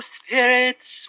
spirits